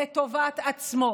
לטובת עצמו.